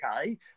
okay